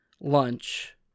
lunch